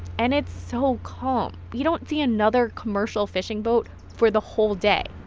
and it's so calm. you don't see another commercial fishing boat for the whole day.